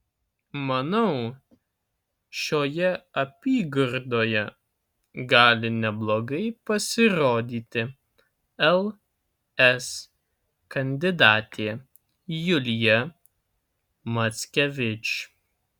manau šioje apygardoje gali neblogai pasirodyti ls kandidatė julija mackevič